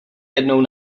jednou